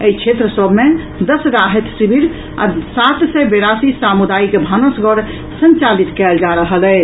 एहि क्षेत्र सभ मे दस राहत शिविर आ सात सय बेरासी सामुदायिक भानसघर संचालित कयल जा रहल अछि